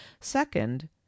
second